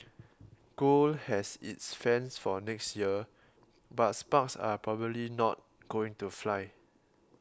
gold has its fans for next year but sparks are probably not going to fly